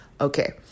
Okay